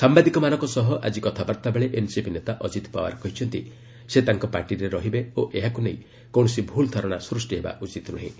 ସାମ୍ଭାଦିକମାନଙ୍କ ସହ ଆକି କଥାବାର୍ତ୍ତା ବେଳେ ଏନ୍ସିପି ନେତା ଅଜିତ ପାୱାର କହିଛନ୍ତି ସେ ତାଙ୍କ ପାର୍ଟିରେ ରହିବେ ଓ ଏହାକୁ ନେଇ କୌଣସି ଭୁଲ ଧାରଣା ସୃଷ୍ଟି ହେବା ଉଚିତ୍ ନୁହେଁ